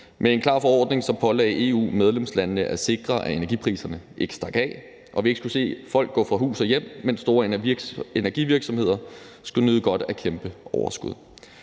Med en klar forordning pålagde EU medlemslandene at sikre, at energipriserne ikke stak af, og at vi ikke skulle se folk gå fra hus og hjem, mens store energivirksomheder nød godt af kæmpe overskud.